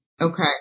Okay